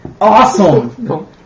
awesome